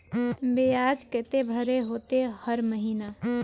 बियाज केते भरे होते हर महीना?